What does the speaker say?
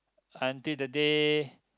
until the day